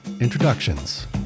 Introductions